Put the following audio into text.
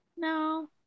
No